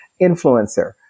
influencer